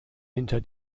hinter